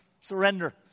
surrender